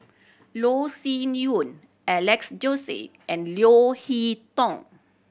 Loh Sin Yun Alex Josey and Leo Hee Tong